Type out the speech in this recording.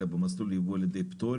אלא שהבכירים ביותר הקשיבו להם.